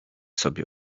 sobie